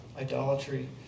Idolatry